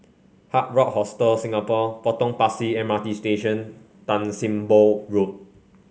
Hard Rock Hostel Singapore Potong Pasir M R T Station Tan Sim Boh Road